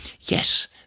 Yes